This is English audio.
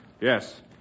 Yes